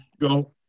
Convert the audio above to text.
go